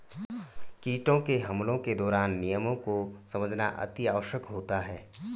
कीटों के हमलों के दौरान नियमों को समझना अति आवश्यक होता है